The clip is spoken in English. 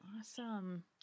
Awesome